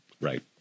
Right